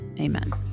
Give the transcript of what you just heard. Amen